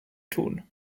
tun